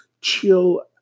chill